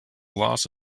loss